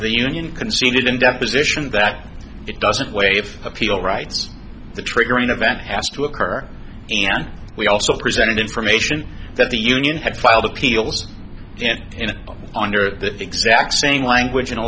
of the union conceded in deposition that it doesn't waive appeal rights the triggering event has to occur and we also presented information that the union had filed appeals and under the exact same language in a